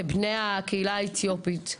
כבני הקהילה האתיופית.